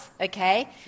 okay